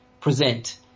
Present